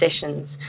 sessions